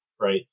right